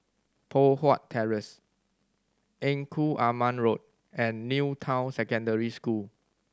Poh Huat Terrace Engku Aman Road and New Town Secondary School